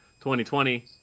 2020